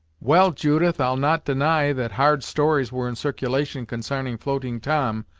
well, judith, i'll not deny that hard stories were in circulation consarning floating tom,